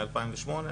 מ-2008,